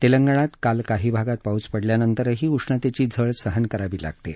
तेलंगणात काल काही भागात पाऊस पडल्यानंतरही उष्णतेची झळ सहन करावी लागत आहे